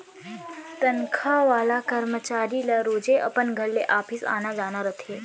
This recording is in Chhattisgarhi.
तनखा वाला करमचारी ल रोजे अपन घर ले ऑफिस आना जाना रथे